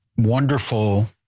Wonderful